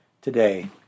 today